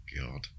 god